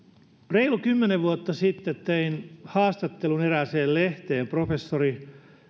reilu kymmenen vuotta sitten tein haastattelun erääseen lehteen professori